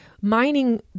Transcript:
mining